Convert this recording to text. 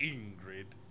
Ingrid